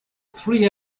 three